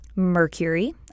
Mercury